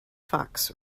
fox